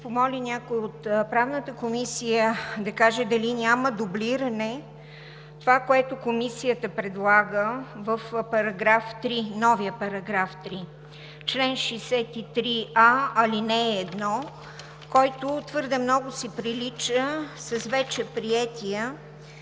помоля някой от Правната комисия да каже дали няма дублиране на това, което Комисията предлага в новия § 3 – чл. 63а, ал. 1, който твърде много си прилича с вече приетия